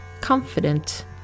confident